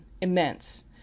immense